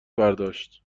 برداشت